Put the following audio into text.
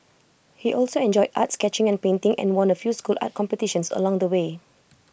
he also enjoyed art sketching and painting and won A few school art competitions along the way